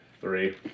Three